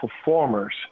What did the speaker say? performers